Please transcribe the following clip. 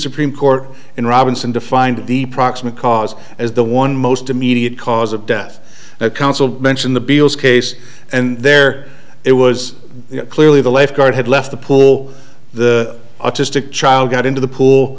supreme court in robinson defined the proximate cause as the one most immediate cause of death counsel mention the beales case and there it was clearly the left guard had left the pull the autistic child got into the pool